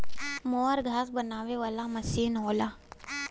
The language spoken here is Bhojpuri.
मोवर घास बनावे वाला मसीन होला